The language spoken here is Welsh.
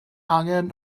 angen